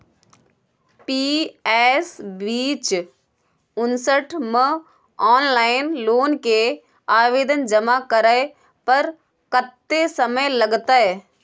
PS बीच उनसठ म ऑनलाइन लोन के आवेदन जमा करै पर कत्ते समय लगतै?